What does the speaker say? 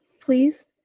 Please